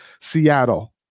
Seattle